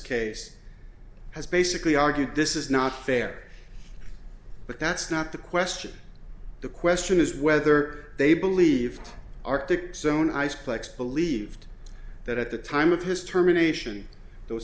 case has basically argued this is not fair but that's not the question the question is whether they believe arctics own eyes plex believed that at the time of his terminations those